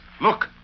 Look